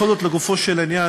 בכל זאת לגופו של עניין,